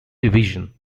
division